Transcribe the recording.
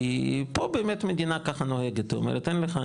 כי פה באמת המדינה ככה נוהגת, היא אומרת "אין לך?